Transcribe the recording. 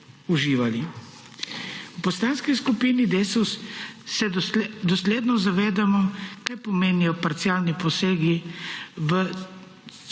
V Poslanski skupini Desus se dosledno zavedamo, kaj pomenijo parcialni posegi v celoto